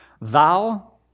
thou